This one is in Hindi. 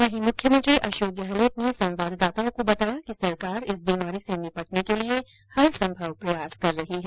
वहीं मुख्यमंत्री अशोक गहलोत ने संवाददाताओं को बताया कि सरकार इस बीमारी से निपटने के लिए हर संभव प्रयास कर रही है